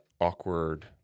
awkward